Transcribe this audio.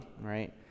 right